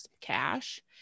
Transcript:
cash